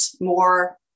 more